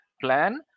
plan